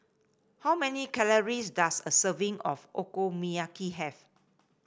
how many calories does a serving of Okonomiyaki have